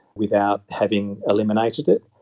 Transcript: without having eliminated it,